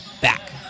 back